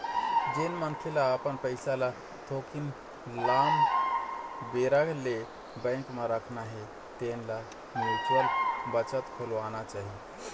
जेन मनखे ल अपन पइसा ल थोकिन लाम बेरा ले बेंक म राखना हे तेन ल म्युचुअल बचत खोलवाना चाही